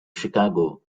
chicago